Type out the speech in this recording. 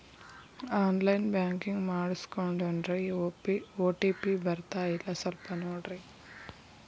on line banking ಮಾಡಿಸ್ಕೊಂಡೇನ್ರಿ OTP ಬರ್ತಾಯಿಲ್ಲ ಸ್ವಲ್ಪ ನೋಡ್ರಿ